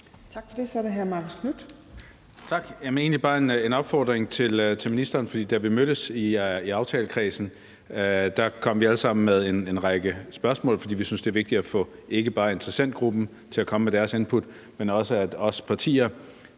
Marcus Knuth. Kl. 16:26 Marcus Knuth (KF): Tak. Det er egentlig bare en opfordring til ministeren. For da vi mødtes i aftalekredsen, kom vi alle sammen med en række spørgsmål, fordi vi synes, det er vigtigt ikke bare at få interessentgruppen til at komme med deres input, men også, at os partier